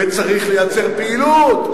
וצריך לייצר פעילות.